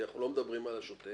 כי אנחנו לא מדברים על השוטף,